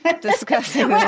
discussing